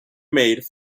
made